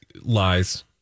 lies